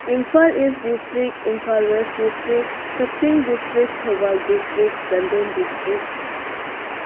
Imphal east district Imphal west district Kakching district Thoubal district Chandel district